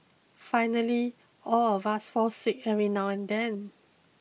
finally all of us fall sick every now and then